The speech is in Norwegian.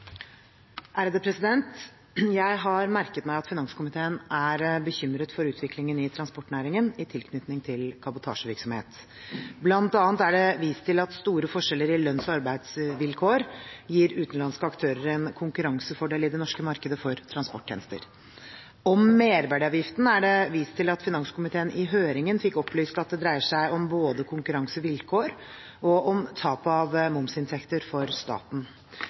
det vist til at store forskjeller i lønns- og arbeidsvilkår gir utenlandske aktører en konkurransefordel i det norske markedet for transporttjenester. Om merverdiavgiften er det vist til at finanskomiteen i høringen fikk opplyst at det dreier seg om både konkurransevilkår og om tap av momsinntekter for staten.